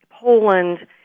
Poland